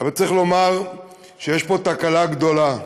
אבל צריך לומר שיש פה תקלה גדולה,